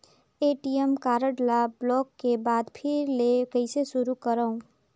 ATM card ल block के बाद फिर ले कइसे शुरू करव?